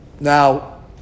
Now